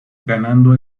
ganando